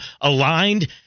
aligned